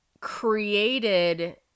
created